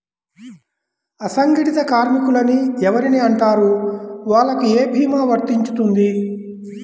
అసంగటిత కార్మికులు అని ఎవరిని అంటారు? వాళ్లకు ఏ భీమా వర్తించుతుంది?